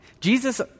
Jesus